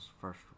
first